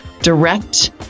direct